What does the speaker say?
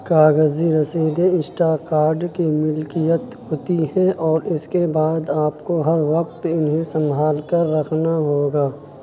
کاغذی رسیدیں insta card کی ملکیت ہوتی ہیں اور اس کے بعد آپ کو ہر وقت انہیں سنبھال کر رکھنا ہوگا